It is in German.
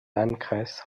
landkreis